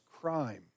crime